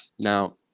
Now